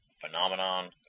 phenomenon